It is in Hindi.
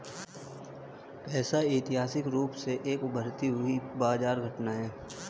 पैसा ऐतिहासिक रूप से एक उभरती हुई बाजार घटना है